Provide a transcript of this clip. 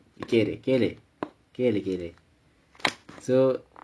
நீ கேளு கேளு கேளு கேளு:nee kelu kelu kelu kelu so